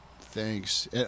Thanks